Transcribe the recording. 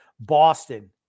Boston